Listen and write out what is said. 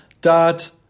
Dot